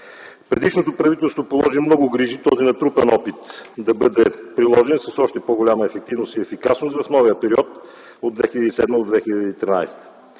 Предишното правителство положи много грижи този натрупан опит да бъде приложен с още по-голяма ефективност и ефикасност в новия период от 2007 до 2013